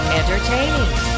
entertaining